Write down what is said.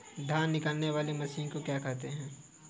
धान निकालने वाली मशीन को क्या कहते हैं?